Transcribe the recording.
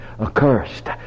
accursed